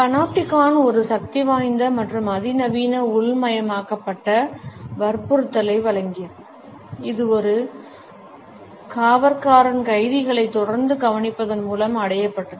panopticon ஒரு சக்திவாய்ந்த மற்றும் அதிநவீன உள்மயமாக்கப்பட்ட வற்புறுத்தலை வழங்கியது இது ஒரு காவற்காரன் கைதிகளை தொடர்ந்து கவனிப்பதன் மூலம் அடையப்பட்டது